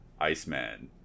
Iceman